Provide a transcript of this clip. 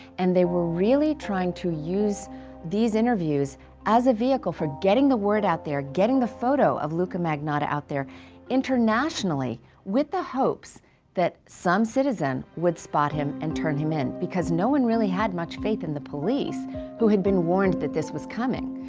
and they were really trying to use these interviews as a vehicle for getting the word out there getting the photo of luka magnotta out there internationally with the hopes that some citizen would spot him and turn him in. because no one really had much faith in the police who had been warned that this was coming.